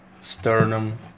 sternum